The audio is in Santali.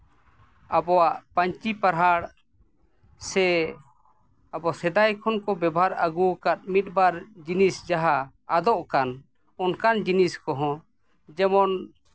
ᱟᱵᱚᱣᱟᱜ ᱯᱟᱹᱧᱪᱤ ᱯᱟᱨᱦᱟᱲ ᱥᱮ ᱟᱵᱚ ᱥᱮᱫᱟᱭ ᱠᱷᱚᱱ ᱠᱚ ᱵᱮᱵᱚᱦᱟᱨ ᱟᱹᱜᱩ ᱟᱠᱟᱫ ᱢᱤᱫ ᱵᱟᱨ ᱡᱤᱱᱤᱥ ᱡᱟᱦᱟᱸ ᱟᱫᱚᱜ ᱠᱟᱱ ᱚᱱᱠᱟᱱ ᱡᱤᱱᱤᱥ ᱠᱚᱦᱚᱸ ᱡᱮᱢᱚᱱ